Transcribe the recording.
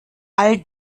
all